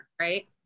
right